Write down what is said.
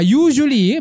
usually